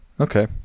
Okay